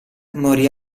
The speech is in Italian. morì